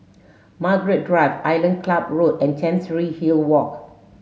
Margaret Drive Island Club Road and Chancery Hill Walk